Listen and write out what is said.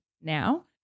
now